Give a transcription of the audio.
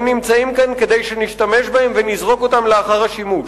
הם נמצאים כאן כדי שנשתמש בהם ונזרוק אותם לאחר השימוש.